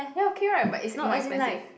ya okay right but is more expensive